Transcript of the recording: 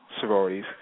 sororities